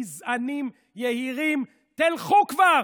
גזענים, יהירים, תלכו כבר.